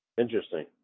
Interesting